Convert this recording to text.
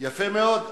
יפה מאוד.